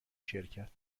شرکت